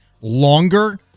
longer